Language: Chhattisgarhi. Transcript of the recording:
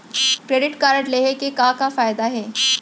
क्रेडिट कारड लेहे के का का फायदा हे?